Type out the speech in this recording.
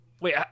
wait